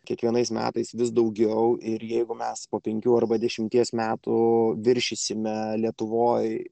kiekvienais metais vis daugiau ir jeigu mes po penkių arba dešimties metų viršysime lietuvoje